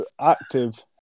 active